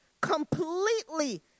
completely